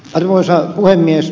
arvoisa puhemies